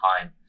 time